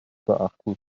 beachten